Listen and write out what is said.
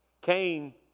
Cain